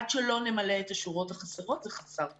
עד שלא נמלא את השורות החסרות, זה חסר טעם.